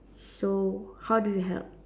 so how do you help